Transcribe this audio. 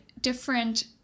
different